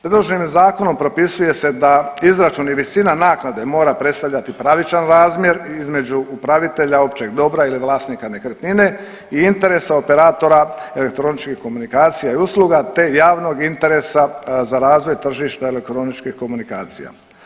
Predloženim Zakonom propisuje da izračun i visina naknade mora predstavljati pravičan razmjer između upravitelja, općeg dobra ili vlasnika nekretnine i interesa operatora elektroničkih komunikacija i usluga te javnog interesa za razvoj tržišta elektroničkih komunikacija.